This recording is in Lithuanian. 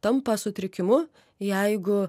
tampa sutrikimu jeigu